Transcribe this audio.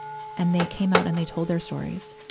and they came out and they told their stories.